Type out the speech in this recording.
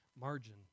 margin